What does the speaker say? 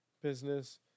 business